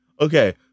Okay